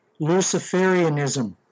Luciferianism